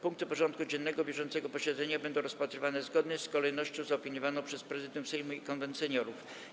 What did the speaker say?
Punkty porządku dziennego bieżącego posiedzenia będą rozpatrywane zgodnie z kolejnością zaopiniowaną przez Prezydium Sejmu i Konwent Seniorów.